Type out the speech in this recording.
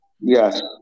Yes